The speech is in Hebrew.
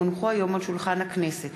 כי הונחו היום על שולחן הכנסת,